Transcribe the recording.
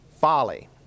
folly